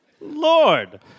Lord